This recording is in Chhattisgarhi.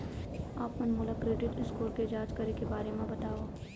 आप मन मोला क्रेडिट स्कोर के जाँच करे के बारे म बतावव?